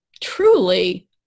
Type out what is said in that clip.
truly